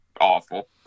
awful